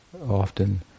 often